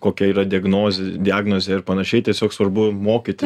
kokia yra diagnoz diagnozė ir panašiai tiesiog svarbu mokyti